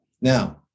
Now